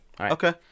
Okay